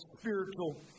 spiritual